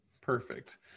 Perfect